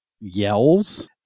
yells